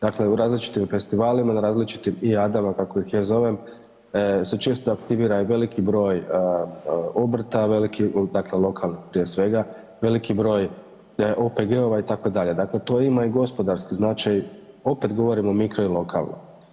Dakle u različitim festivalima, na različitim ijadama kako ih ja zovem se često aktivira i veliki broj obrta, veliki, dkle lokalnih prije svega, veliki broj OPG-ova itd., dakle to ima i gospodarski značaj, opet govorimo mikro i lokalno.